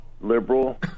liberal